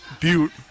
Butte